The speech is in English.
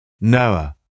Noah